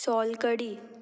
सोलकडी